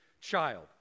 child